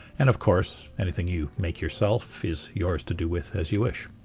and of course anything you make yourself is yours to do with as you wish.